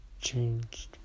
changed